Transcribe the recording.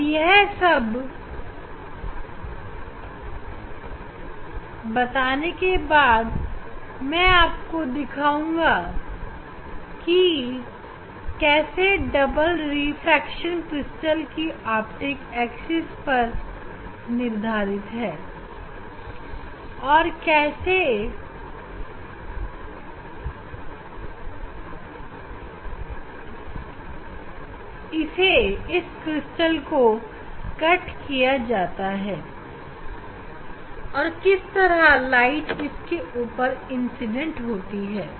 अगर आप इस अवस्था को मानें तो मैं आपको यह दिखाने की कोशिश कर रहा हूं कि डबल रिफ्रैक्शन ऑप्टिक एक्सिस की दिशा क्रिस्टल की कटिंग और किस तरह से प्रकाश क्रिस्टल पर पड़ रहा है इन सभी पर भी निर्भर करता है